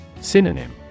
Synonym